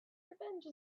revenge